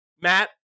Matt